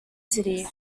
city